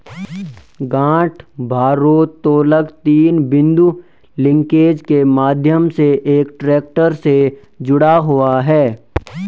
गांठ भारोत्तोलक तीन बिंदु लिंकेज के माध्यम से एक ट्रैक्टर से जुड़ा हुआ है